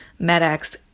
MedX